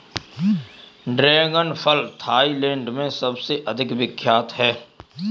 dragon फल Thailand में सबसे अधिक विख्यात है